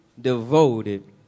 devoted